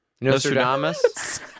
Nostradamus